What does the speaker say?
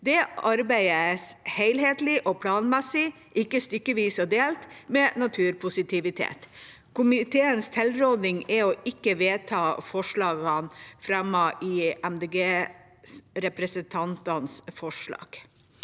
Det arbeides helhetlig og planmessig, ikke stykkevis og delt, med naturpositivitet. Komiteens tilråding er ikke å vedta forslagene fremmet i Miljøpartiet De Grønne-representantenes forslag.